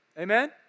amen